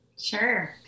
Sure